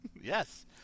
Yes